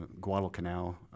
Guadalcanal